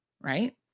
right